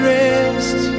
rest